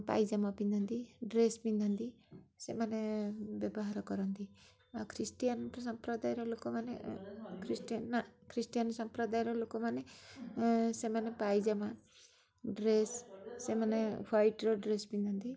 ପାଇଜାମା ପିନ୍ଧନ୍ତି ଡ୍ରେସ୍ ପିନ୍ଧନ୍ତି ସେମାନେ ବ୍ୟବହାର କରନ୍ତି ଆଉ ଖ୍ରୀଷ୍ଟିଆନ ସମ୍ପ୍ରଦାୟର ଲୋକମାନେ ନା ଖ୍ରୀଷ୍ଟିଆନ ସମ୍ପ୍ରଦାୟର ଲୋକମାନେ ସେମାନେ ପାଇଜାମା ଡ୍ରେସ୍ ସେମାନେ ହ୍ୱାଇଟ୍ର ଡ୍ରେସ୍ ପିନ୍ଧନ୍ତି